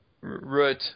root